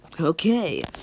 okay